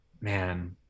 man